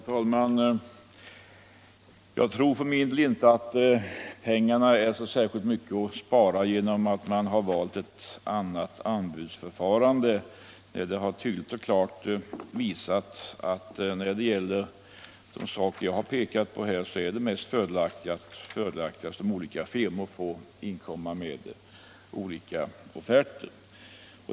Herr talman! Jag tror för min del inte att man kan spara så särskilt mycket pengar genom ett annat anbudsförfarande. Det har klart och tydligt visat sig att i det fall jag pekat på är det mest fördelaktigt om olika firmor får inkomma med offerter.